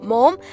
Mom